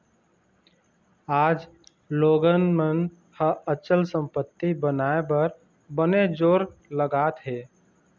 आज लोगन मन ह अचल संपत्ति बनाए बर बनेच जोर लगात हें